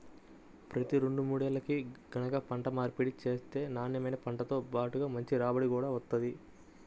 ప్రతి రెండు మూడేల్లకి గనక పంట మార్పిడి చేత్తే నాన్నెమైన పంటతో బాటుగా మంచి రాబడి గూడా వత్తది